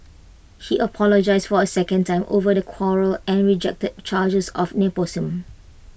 he apologised for A second time over the quarrel and rejected charges of nepotism